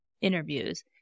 interviews